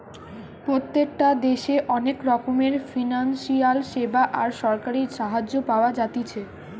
প্রত্যেকটা দেশে অনেক রকমের ফিনান্সিয়াল সেবা আর সরকারি সাহায্য পাওয়া যাতিছে